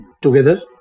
together